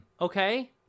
Okay